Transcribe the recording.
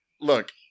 look